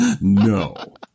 No